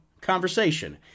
conversation